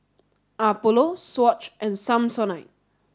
Apollo Swatch and Samsonite